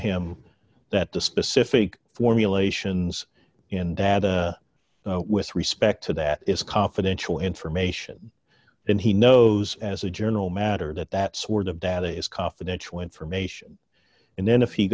him that the specific formulations and data with respect to that is confidential information and he knows as a journal matter that that sort of data is confidential information and then if he